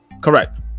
Correct